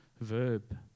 verb